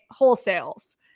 wholesales